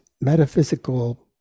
metaphysical